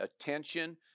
Attention